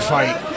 fight